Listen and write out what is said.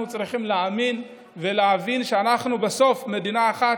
אנחנו צריכים להאמין ולהבין שאנחנו בסוף מדינה אחת,